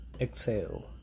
Exhale